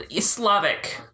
Slavic